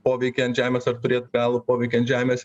poveikį ant žemės ar turėtų realų poveikį ant žemės